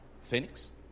Phoenix